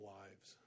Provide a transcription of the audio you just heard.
lives